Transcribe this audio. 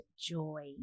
joy